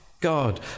God